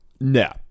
No